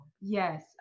Yes